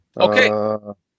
Okay